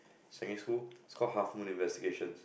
secondary school it's called Half Moon Investigations